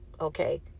okay